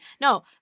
no